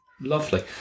Lovely